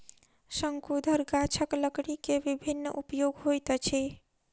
शंकुधर गाछक लकड़ी के विभिन्न उपयोग होइत अछि